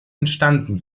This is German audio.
entstanden